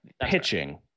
Pitching